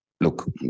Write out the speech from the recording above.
Look